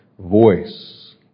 voice